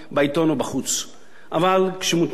אבל כשמונחת סכנה כזאת לפתחה של מדינת